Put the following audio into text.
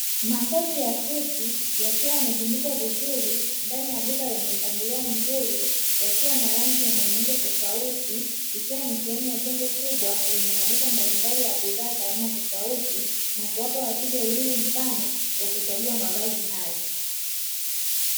Makoti ya suti yakiwa yametundikwa vizuri, ndani ya duka lenye mpangilio mzuri, yakiwa na rangi na miundo tofauti, ikiwa ni sehemu ya jengo kubwa lenye maduka mbalimbali ya bidhaa tofauti, na kuwapa wateja uhuru mpana, wa kuchagua mavazi hayo.